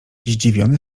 zdziwiony